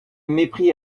mépris